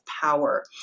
power